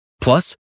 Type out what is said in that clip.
Plus